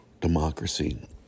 democracy